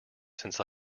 since